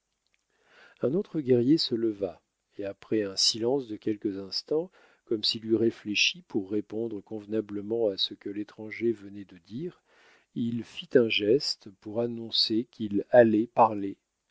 un autre guerrier se leva et après un silence de quelques instants comme s'il eût réfléchi pour répondre convenablement à ce que l'étranger venait de dire il fit un geste pour annoncer qu'il allait parler